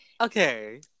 okay